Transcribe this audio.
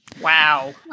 Wow